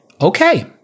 okay